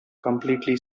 completely